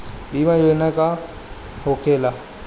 बीमा योजना का होखे ला?